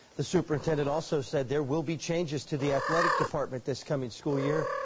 the superintendent also said there will be changes to the athletic department this coming school year,